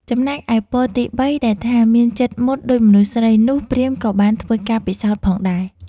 ចំណែកឯពរ ទី ៣ ដែលថា មានចិត្តមុតដូចមនុស្សស្រីនោះ ព្រាហ្មណ៍ក៏បានធ្វើការពិសោធន៍ផងដែរ។